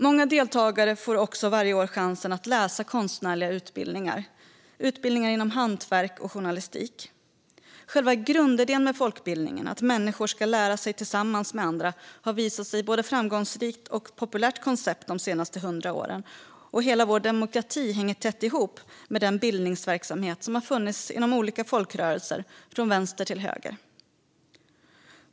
Många deltagare får varje år chansen att läsa konstnärliga utbildningar och utbildningar inom hantverk och journalistik. Själva grundidén med folkbildningen, att människor ska lära sig tillsammans med andra, har visat sig vara ett både framgångsrikt och populärt koncept de senaste hundra åren. Hela vår demokrati hänger tätt ihop med den bildningsverksamhet som har funnits inom olika folkrörelser från vänster till höger.